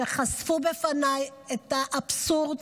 שחשפו בפניי את האבסורד,